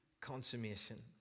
consummation